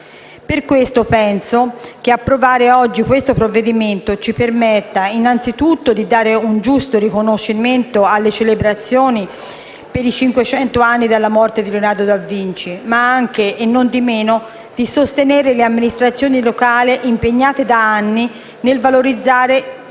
Per questo penso che approvare oggi il provvedimento in discussione ci permetta innanzitutto di dare un giusto riconoscimento alle celebrazioni per i cinquecento anni dalla morte di Leonardo da Vinci, ma anche e non di meno di sostenere le amministrazioni locali impegnate da anni nella valorizzazione